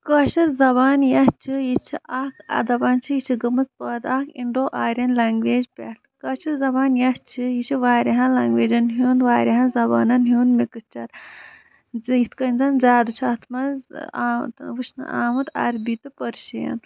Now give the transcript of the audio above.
کٲشِر زبان یۄس چھِ یہِ چھِ اکھ اَتھ دَپان چھِ یہِ چھِ گٔمٕژ پٲدٕ اکھ اِنڈو آرین لینگویج پٮ۪ٹھ کٲشِر زَبان یۄس چھِ یہِ چھِ واریاہن لینگویجن ہُند واریاہن زَبانن ہُند مِکٕسچر زِ یِتھ کٔنۍ زَن زیادٕ چھِ اَتھ منٛز آمُت وٕچھنہٕ آمُت اَربی تہٕ پٔرشیٚن